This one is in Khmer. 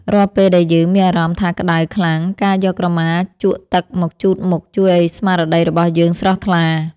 រាល់ពេលដែលយើងមានអារម្មណ៍ថាក្តៅខ្លាំងការយកក្រមាជប់ទឹកមកជូតមុខជួយឱ្យស្មារតីរបស់យើងស្រស់ថ្លា។